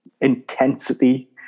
intensity